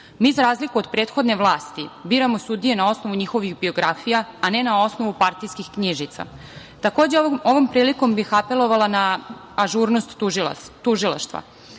za razliku od prethodne vlasti biramo sudije na osnovu njihovih biografija, a ne na osnovu partijskih knjižica. Takođe, ovom prilikom bih apelovala na ažurnost tužilaštva.